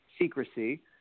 secrecy